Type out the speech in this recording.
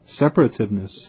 separativeness